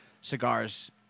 cigars